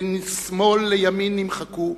בין שמאל לימין נמחקו,